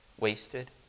wasted